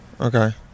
Okay